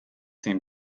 seem